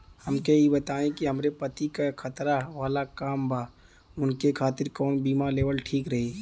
हमके ई बताईं कि हमरे पति क खतरा वाला काम बा ऊनके खातिर कवन बीमा लेवल ठीक रही?